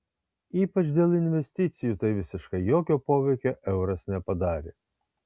ypač dėl investicijų tai visiškai jokio poveikio euras nepadarė